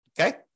Okay